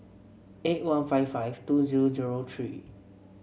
eight one five five two zero zero three